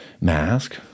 mask